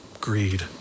greed